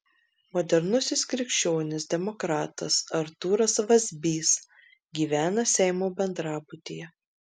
modernusis krikščionis demokratas artūras vazbys gyvena seimo bendrabutyje